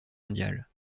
mondiale